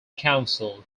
council